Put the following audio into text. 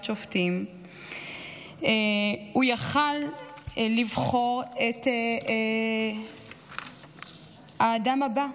שופטים הוא יכול היה לבחור את האדם הבא.